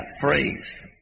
phrase